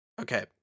Okay